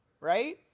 Right